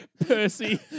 Percy